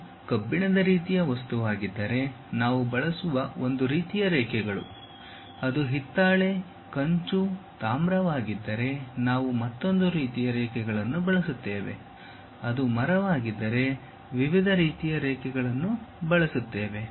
ಅದು ಕಬ್ಬಿಣದ ರೀತಿಯ ವಸ್ತುವಾಗಿದ್ದರೆ ನಾವು ಬಳಸುವ ಒಂದು ರೀತಿಯ ರೇಖೆಗಳು ಅದು ಹಿತ್ತಾಳೆ ಕಂಚು ತಾಮ್ರವಾಗಿದ್ದರೆ ನಾವು ಮತ್ತೊಂದು ರೀತಿಯ ರೇಖೆಗಳನ್ನು ಬಳಸುತ್ತೇವೆ ಅದು ಮರವಾಗಿದ್ದರೆ ವಿವಿಧ ರೀತಿಯ ರೇಖೆಗಳನ್ನು ಬಳಸುತ್ತೇವೆ